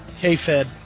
K-Fed